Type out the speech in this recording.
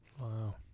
wow